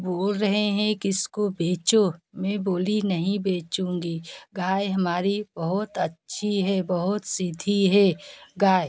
बोल रहे हैं किसी को बेचो मैं बोली नहीं बेचूँगी गाय हमारी बहुत अच्छी है बहुत सीधी है गाय